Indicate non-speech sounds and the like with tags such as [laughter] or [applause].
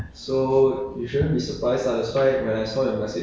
[laughs] oh no wonder [laughs]